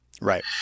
Right